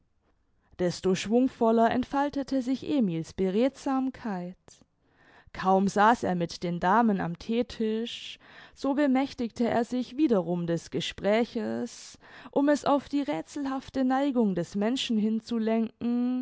desto schwungvoller entfaltete sich emil's beredtsamkeit kaum saß er mit den damen am theetisch so bemächtigte er sich wiederum des gespräches um es auf die räthselhafte neigung des menschen hinzulenken